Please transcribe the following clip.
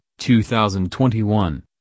2021